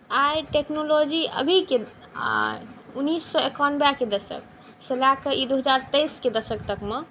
आइ technology अभीके आ उन्नैस सए एकानबेके दशकसँ लए कऽ ई दू हजार तेइसके दशक तकमे